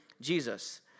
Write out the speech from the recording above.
Jesus